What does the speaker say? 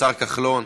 השר כחלון.